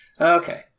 Okay